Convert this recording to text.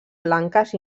blanques